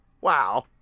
Wow